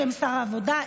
בשם שר העבודה,